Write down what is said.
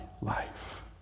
life